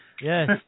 Yes